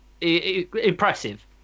impressive